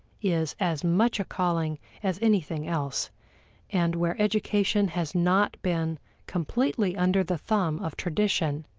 is as much a calling as anything else and where education has not been completely under the thumb of tradition,